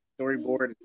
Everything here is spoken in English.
storyboard